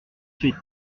suite